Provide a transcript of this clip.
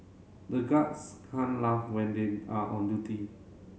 the guards can't laugh when they are on duty